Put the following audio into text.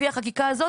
לפי החקיקה הזאת,